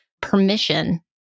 Permission